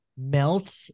melt